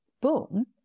boom